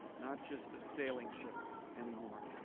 not just a sailing ship anymore.